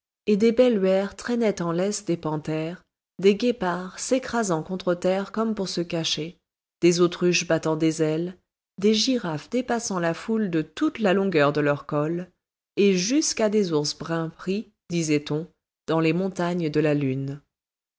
et des belluaires traînaient en laisse des panthères des guépards s'écrasant contre terre comme pour se cacher des autruches battant des ailes des girafes dépassant la foule de toute la longueur de leur col et jusqu'à des ours bruns pris disait-on dans les montagnes de la lune